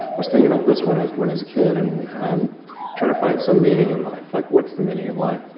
was thinking about this when i was bored as a kid, and trying to find some meaning in life, like what's the meaning of life?